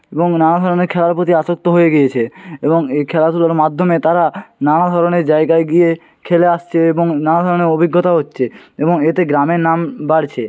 এবং নানা ধরনের খেলার প্রতি আসক্ত হয়ে গিয়েছে এবং এই খেলাধুলোর মাধ্যমে তারা নানা ধরনের জায়গায় গিয়ে খেলে আসছে এবং নানা ধরনের অভিজ্ঞতা হচ্ছে এবং এতে গ্রামের নাম বাড়ছে